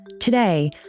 Today